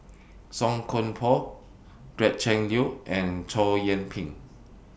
Song Koon Poh Gretchen Liu and Chow Yian Ping